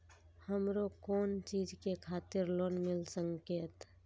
हमरो कोन चीज के खातिर लोन मिल संकेत?